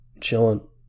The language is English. chilling